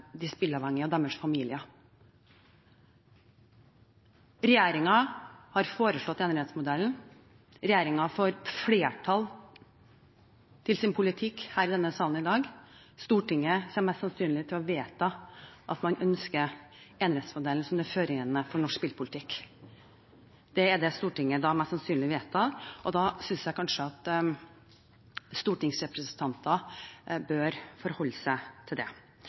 de spilleavhengige og deres familier. Regjeringen har foreslått enerettsmodellen. Regjeringen får flertall for sin politikk i denne salen i dag. Stortinget kommer mest sannsynlig til å vedta at man ønsker enerettsmodellen som førende for norsk spillpolitikk. Det er det Stortinget mest sannsynlig vedtar, og da synes jeg kanskje at stortingsrepresentanter bør forholde seg til det.